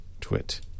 twit